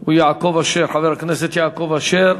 הוא חבר הכנסת יעקב אשר.